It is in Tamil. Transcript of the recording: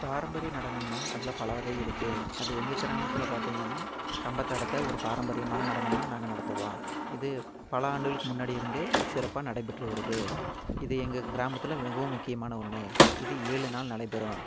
பாரம்பரிய நடனம்னா அதில் பலவகை இருக்கு அது எங்கள் கிராமத்தில் பார்த்திங்கன்னா கம்பத்தாட்டத்தை ஒரு பாரம்பரியமான நடனமாக நாங்கள் நடத்துவோம் இது பல ஆண்டுகளுக்கு முன்னாடி இருந்தே சிறப்பாக நடைபெற்று வருது இது எங்கள் கிராமத்தில் மிகவும் முக்கியமான ஒன்று இது ஏழு நாள் நடைபெறும்